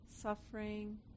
suffering